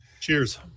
Cheers